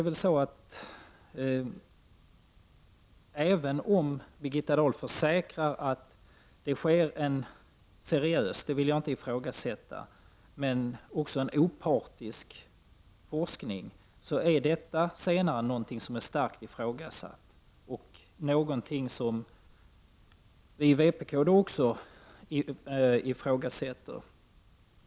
Även om Birgitta Dahl försäkrar att det sker en seriös och opartisk forskning, är detta senare någonting som är starkt ifrågasatt och som vi i vpk också ifrågasätter.